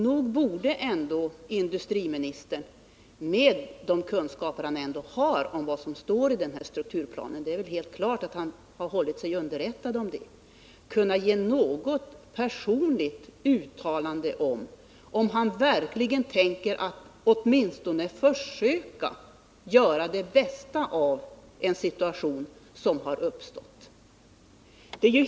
Nog borde industriministern, med den kännedom han ändå har om vad som står i den här strukturplanen — det är väl helt klart att han har hållit sig underrättad om det — kunna göra något personligt uttalande om han verkligen tänker åtminstone försöka göra det bästa av den situation som har uppstått.